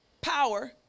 power